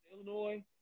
Illinois